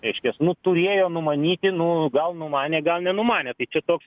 reiškias nu turėjo numanyti nu gal numanė gal nenumanė tai čia toks